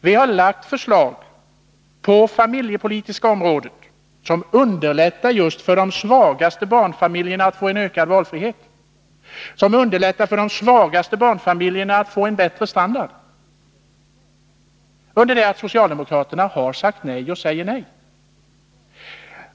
Vi har på det familjepolitiska området lagt fram förslag, som skulle underlätta för just de svaga barnfamiljerna att få större valfrihet och bättre standard. Socialdemokraterna däremot har sagt, och säger fortfarande, nej.